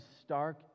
stark